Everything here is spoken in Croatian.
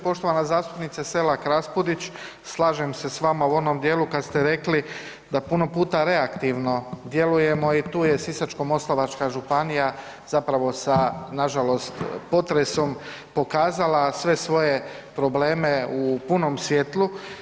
Poštovana zastupnice Selak Raspudić slažem se s vama u onom dijelu kad ste rekli da puno puta reaktivno djelujemo i tu je Sisačko-moslavačka županija zapravo sa nažalost potresom pokazala sve svoje probleme u punom svjetlu.